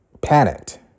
panicked